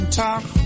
talk